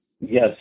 Yes